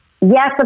yes